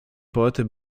poety